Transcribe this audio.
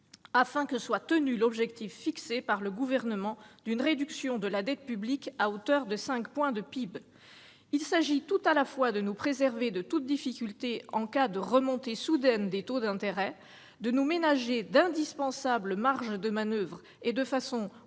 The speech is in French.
afin que soit tenu l'objectif fixé par le Gouvernement d'une réduction de la dette publique à hauteur de 5 points de PIB. Il s'agit tout à la fois de nous préserver de toute difficulté en cas de remontée soudaine des taux d'intérêt, de nous ménager d'indispensables marges de manoeuvre et, de façon moins